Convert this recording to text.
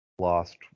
lost